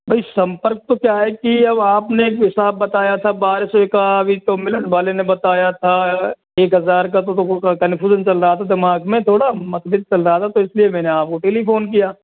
भाई संपर्क तो क्या है कि अब आपने एक हिसाब बताया था बारह सौ का अभी तो मिलन वाले ने बताया था एक हजार का तो का कंफ्यूजन चल रहा था दिमाग में थोड़ा मतभेद चल रहा था तो इस लिए आपको टेलीफोन किया